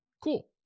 Cool